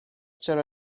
چرا